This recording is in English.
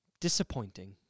disappointing